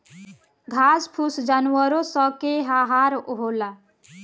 घास फूस जानवरो स के आहार होला